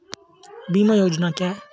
बीमा योजना क्या है?